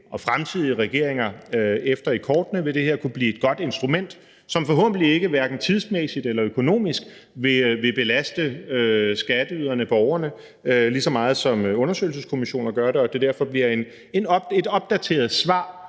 og fremtidige regeringer efter i kortene – vil kunne blive et godt instrument, som forhåbentlig ikke hverken tidsmæssigt eller økonomisk vil belaste skatteyderne, borgerne, lige så meget, som undersøgelseskommissioner gør. Og vi tror på, at det derfor bliver et opdateret svar